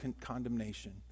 condemnation